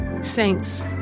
Saints